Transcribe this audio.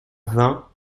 vain